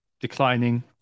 declining